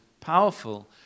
powerful